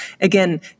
Again